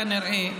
כנראה,